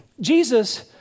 Jesus